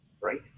right